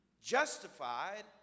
justified